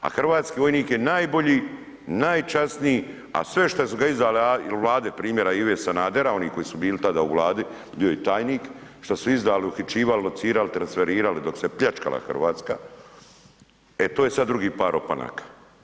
A hrvatski vojnik je najbolji, najčasniji a sve što su ga izdale ili Vlade primjera Ive Sanadera, oni koji su bili tada u Vladi, bio je i tajnik, šta su izdali, uhićivali, locirali, transferirali dok se pljačkala Hrvatska e to je sad drugi par opanaka.